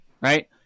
Right